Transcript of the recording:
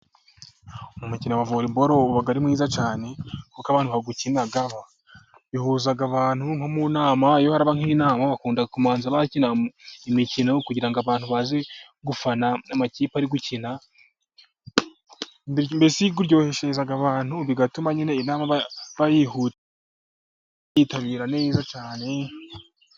Umukino wa voreboro uba ari mwiza cyane kuko abantu bawukina, bihuza abantu nko mu nama, Iyo haraba nk'inama bakunda kubanza bakina imikino, kugira ngo abantu baze gufana amakipe ari gukina, mbese uryoheshereza abantu bigatuma nyine inama bayitabira neza cyane.